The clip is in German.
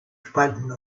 spalten